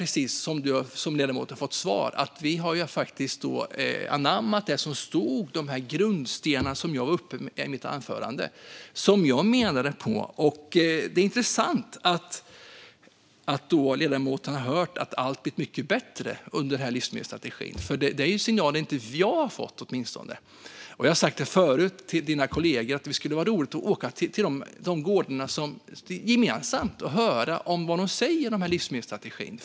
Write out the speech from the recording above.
Precis som ledamoten har fått till svar har vi anammat de grundstenar som jag tog upp i mitt anförande. Det är intressant att ledamoten har hört att allt blivit mycket bättre under livsmedelsstrategin, för den signalen har åtminstone inte jag fått. Jag har sagt förut till ledamotens kollegor att det skulle vara roligt att gemensamt åka ut till gårdarna och höra vad de säger om livsmedelsstrategin.